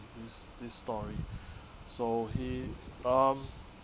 this this story so he um